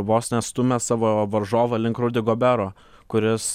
vos ne stumia savo varžovą link rudi gobero kuris